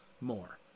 more